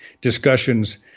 discussions